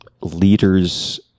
leaders